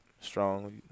Strong